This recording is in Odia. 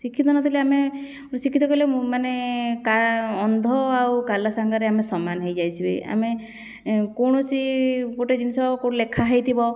ଶିକ୍ଷିତ ନଥିଲେ ଆମେ ଶିକ୍ଷିତ କହିଲେ ମାନେ କା ଅନ୍ଧ ଆଉ କାଲା ସାଙ୍ଗରେ ଆମେ ସମାନ ହେଇଯାଇଥିବେ ଆମେ କୌଣସି ଗୋଟେ ଜିନିଷ କେଉଁଠି ଲେଖା ହେଇଥିବ